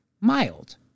mild